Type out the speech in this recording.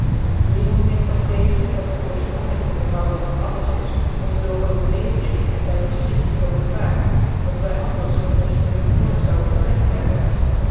hierom heeft dat wezen dat dc oorfpronk en onderhouder van alles is ons door overlevering en by gefchnft geopenbaart dat wy anders met ons vernuft nooit zouden ontdekt hebben